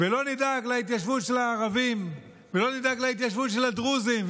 ולא נדאג להתיישבות של הערבים ולא נדאג להתיישבות של הדרוזים.